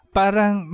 parang